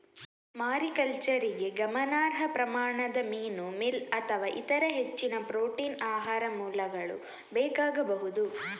ಮಾರಿಕಲ್ಚರಿಗೆ ಗಮನಾರ್ಹ ಪ್ರಮಾಣದ ಮೀನು ಮೀಲ್ ಅಥವಾ ಇತರ ಹೆಚ್ಚಿನ ಪ್ರೋಟೀನ್ ಆಹಾರ ಮೂಲಗಳು ಬೇಕಾಗಬಹುದು